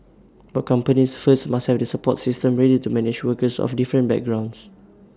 but companies first must have the support systems ready to manage workers of different backgrounds